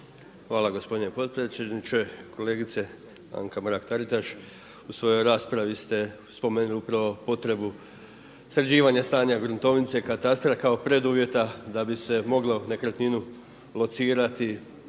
Hvala gospodine potpredsjedniče. Kolegice Anka Mrak Taritaš. U svojoj raspravi ste spomenuli upravo potrebu sređivanja stanja gruntovnice, katastra kao preduvjeta da bi se moglo nekretninu locirati,